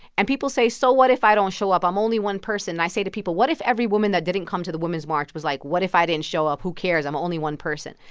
and people say, so what if i don't show up? i'm only one person. and i say to people, what if every woman that didn't come to the women's march was like, what if i didn't show up? who cares? i'm only one person.